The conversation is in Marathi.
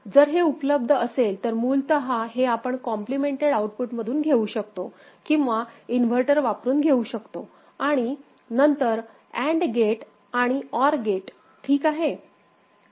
जर हे उपलब्ध असेल तर मूलतः हे आपण कॉम्पलीमेंटेड आउटपुट मधून घेऊ शकतो किंवा इनव्हर्टर वापरून घेऊ शकतो आणि नंतर AND गेट आणि OR गेट ठीक आहे